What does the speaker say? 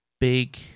big